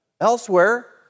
elsewhere